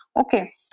Okay